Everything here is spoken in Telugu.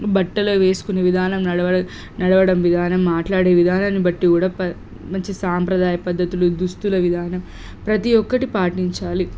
బట్టలు వేసుకునే విధానం నడవడం నడవడం విధానం మాట్లాడే విధానాన్ని బట్టి కూడా ప మంచి సాంప్రదాయ పద్ధతులు దుస్తుల విధానం ప్రతి ఒక్కటి పాటించాలి